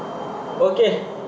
okay